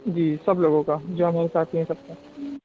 جی سب لوگوں کا جو ہمارے ساتھی ہیں سب کا